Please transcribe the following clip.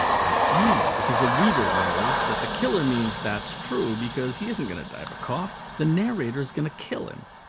that's irony, because the reader knows that the killer means, that's true because he isn't going to die of a cough. the narrator is going to kill him.